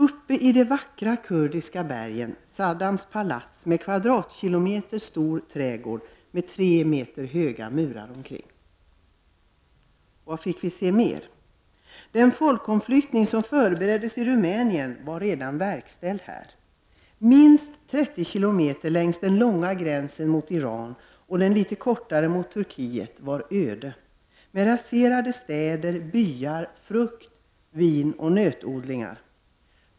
Uppe i de vackra kurdiska bergen fick vi se Saddams palats med en kvadratkilometer stor trädgård med tre meter höga murar omkring. Vad fick vi se mera? Den folkomflyttning som förbereddes i Rumänien var redan verkställd här. Minst 30 kilometer längs den långa gränsen mot Iran och den litet kortare mot Turkiet var öde med raserade städer, byar samt frukt-, vinoch nötodlingar.